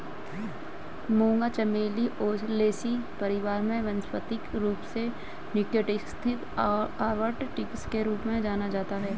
मूंगा चमेली ओलेसी परिवार से वानस्पतिक रूप से निक्टेन्थिस आर्बर ट्रिस्टिस के रूप में जाना जाता है